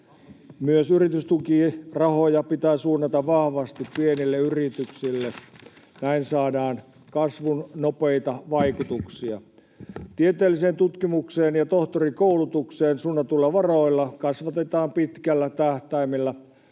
Myös yritystukirahoja pitää suunnata vahvasti pienille yrityksille, näin saadaan kasvuun nopeita vaikutuksia. Tieteelliseen tutkimukseen ja tohtorikoulutukseen suunnatuilla varoilla kasvatetaan pitkällä tähtäimellä